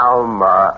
Alma